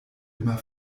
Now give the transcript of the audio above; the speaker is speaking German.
immer